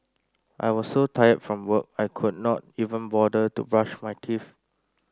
I was so tired from work I could not even bother to brush my teeth